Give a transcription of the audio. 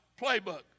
playbook